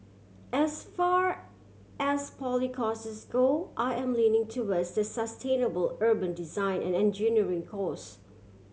as far as poly courses go I am leaning towards the sustainable urban design and engineering course